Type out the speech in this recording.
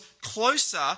closer